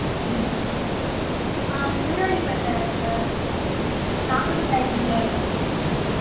அப்படிங்களா ஆ சிவராஜுபேட்டை சார் நாக்குதி அந்த இடம் ஆ